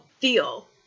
feel